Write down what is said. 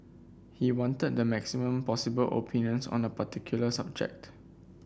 he wanted the maximum possible opinions on a particular subject